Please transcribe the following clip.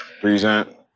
Present